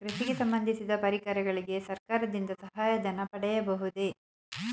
ಕೃಷಿಗೆ ಸಂಬಂದಿಸಿದ ಪರಿಕರಗಳಿಗೆ ಸರ್ಕಾರದಿಂದ ಸಹಾಯ ಧನ ಪಡೆಯಬಹುದೇ?